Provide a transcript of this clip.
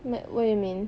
met~ what you mean